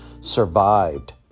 survived